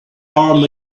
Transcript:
arm